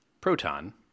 proton